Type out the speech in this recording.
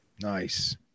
nice